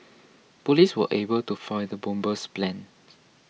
police were able to foil the bomber's plans